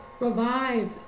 Revive